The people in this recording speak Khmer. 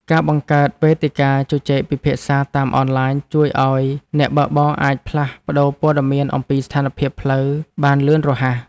ការបង្កើតវេទិកាជជែកពិភាក្សាតាមអនឡាញជួយឱ្យអ្នកបើកបរអាចផ្លាស់ប្តូរព័ត៌មានអំពីស្ថានភាពផ្លូវបានលឿនរហ័ស។